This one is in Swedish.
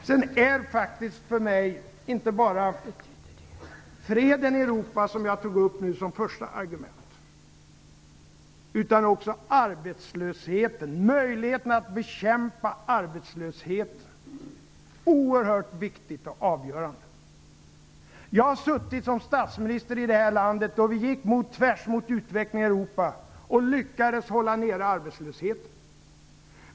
Sedan är faktiskt för mig inte bara freden i Europa som jag tog upp som första argument, utan också arbetslösheten, möjligheten att bekämpa arbetslösheten, oerhört viktig och avgörande. Jag har suttit som statsminister i det här landet, och vi gick tvärs mot utvecklingen i Europa och lyckades hålla nere arbetslösheten.